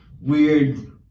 weird